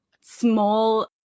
small